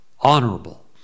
honorable